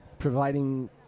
Providing